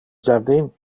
jardin